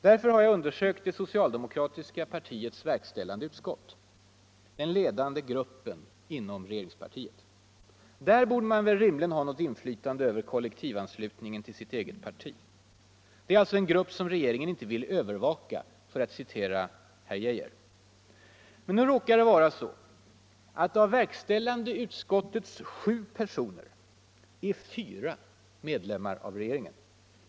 Därför har jag tittat på det socialdemokratiska partiets verkställande utskott, den ledande gruppen inom regeringspartiet. Där borde man väl rimligen ha något inflytande över kollektivanslutningen till sitt eget parti. Det är alltså en grupp som regeringen inte vill ”övervaka”, för att citera herr Geijer. Men nu råkar det vara så att av verkställande utskottets sju personer är fyra medlemmar av regeringen.